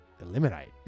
eliminate